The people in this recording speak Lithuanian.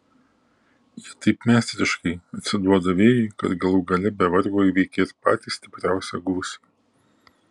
ji taip meistriškai atsiduoda vėjui kad galų gale be vargo įveikia ir patį stipriausią gūsį